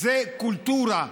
זה קולטורה.